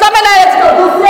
את לא מנהלת פה דו-שיח.